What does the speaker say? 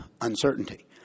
uncertainty